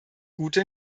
gute